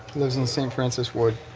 lives in st. francis wood.